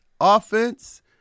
offense